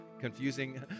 confusing